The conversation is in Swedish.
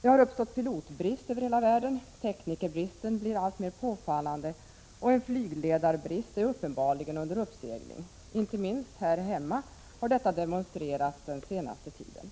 Det har uppstått pilotbrist över hela världen, teknikerbristen blir alltmer påfallande och en flygledarbrist är uppenbarligen under uppsegling. Inte minst här hemma har detta demonstrerats den senaste tiden.